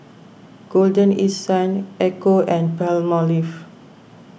Golden East Sun Ecco and Palmolive